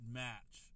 match